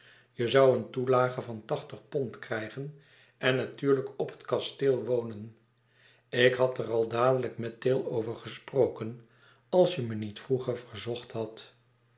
je zoû een toelage van tachtig pond krijgen en natuurlijk op het kasteel wonen ik had er al dadelijk met tayle over gesproken als je me niet vroeger verzocht had